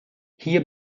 hier